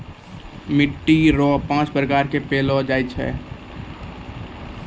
मिट्टी रो पाँच प्रकार रो पैलो जाय छै